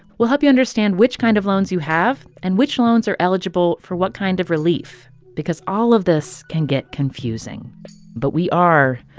we'll help you understand which kind of loans you have and which loans are eligible for what kind of relief because all of this can get confusing but we are,